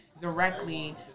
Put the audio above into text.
directly